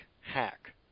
hack